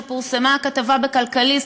כשפורסמה הכתבה ב"כלכליסט",